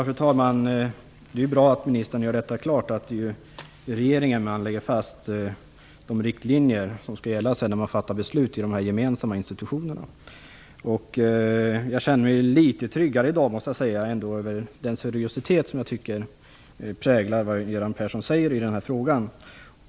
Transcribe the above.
Fru talman! Det är bra att ministern gör det klart att det är i regeringen man lägger fast de riktlinjer som skall gälla när man sedan fattar beslut i de gemensamma institutionerna. Jag känner mig litet tryggare i dag, måste jag säga, över den seriositet som jag tycker präglar det Göran Persson säger i den här frågan.